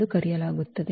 ಎಂದು ಕರೆಯಲಾಗುತ್ತದೆ